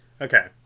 Okay